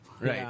Right